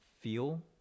feel